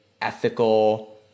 ethical